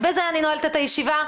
בזה אני נועלת את הישיבה.